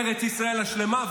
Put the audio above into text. ארץ ישראל השלמה,